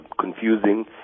confusing